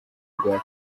rwa